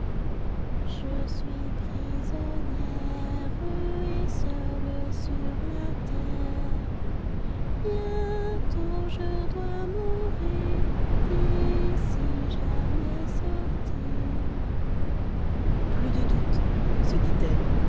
je dois mourir d'ici jamais sortir plus de doute se dit-elle